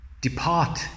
Depart